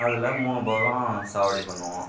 அதில் மூணு போகம் சாகுபடி பண்ணுவோம்